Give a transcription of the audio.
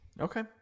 okay